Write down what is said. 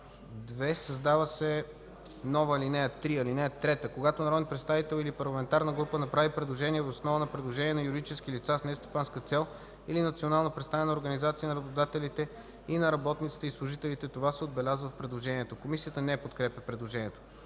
2. Създава се нова ал. 3: „(3) Когато народен представител или парламентарна група направи предложение въз основа на предложение на юридически лица с нестопанска цел или национално представена организация на работодателите и на работниците и служителите, това се отбелязва в предложението.” Комисията не подкрепя предложението.